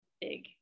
big